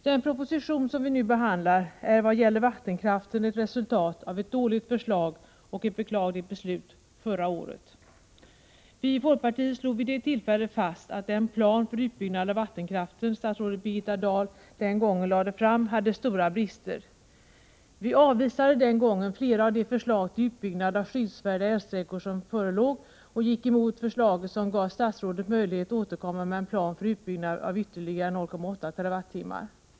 Den proposition som vi nu behandlar är vad gäller vattenkraften ett resultat av ett dåligt förslag och ett beklagligt beslut förra året. Vi i folkpartiet slog vid det tillfället fast att den plan för utbyggnad av vattenkraften som statsrådet Birgitta Dahl då lade fram hade stora brister. Vi avvisade flera av de förslag till utbyggnad av skyddsvärda älvsträckor som förelåg och gick emot förslaget, som gav statsrådet möjlighet att återkomma med en plan för utbyggnad på ytterligare 0,8 TWh.